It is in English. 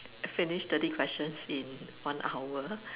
finish thirty questions in one hour